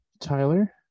Tyler